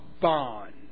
bond